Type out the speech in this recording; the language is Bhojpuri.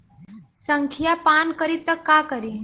संखिया पान करी त का करी?